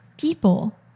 people